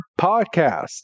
podcast